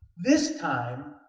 this time,